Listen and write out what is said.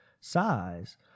size